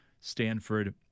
Stanford